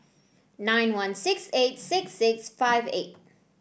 nine one six eight six six five eight